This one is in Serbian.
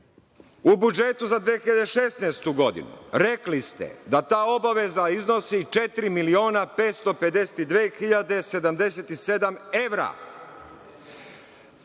U budžetu za 2016. godinu rekli ste da ta obaveza iznosi četiri